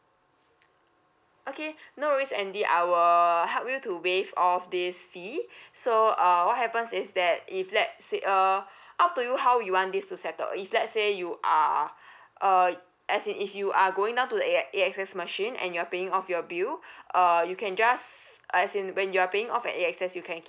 okay no worries andy I will help you to waive off this fee so uh what happens is that if let say uh up to you how you want this to settle if let's say you are uh as in if you are going down to the A X A_X_S machine and you're paying off your bill uh you can just as in when you are paying off at A_X_S you can